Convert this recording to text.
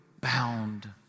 bound